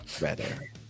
better